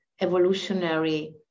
evolutionary